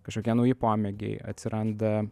kažkokie nauji pomėgiai atsiranda